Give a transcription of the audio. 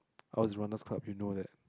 I was runner's club you know that